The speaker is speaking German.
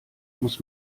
muss